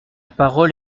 parole